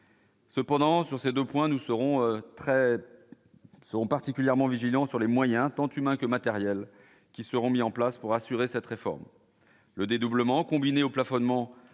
Cependant, sur ces 2 points, nous serons très sont particulièrement vigilants sur les moyens tant humains que matériels qui seront mis en place pour assurer cette réforme, le dédoublement combinée au plafonnement